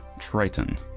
Triton